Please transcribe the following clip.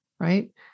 right